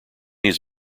his